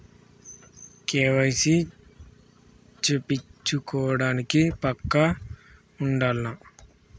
KYC చేపిచ్చుకోవడానికి పక్కా person ఉండాల్నా?